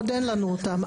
עוד אין לנו אותם.